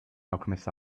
alchemist